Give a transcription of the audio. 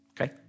okay